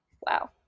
Wow